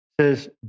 says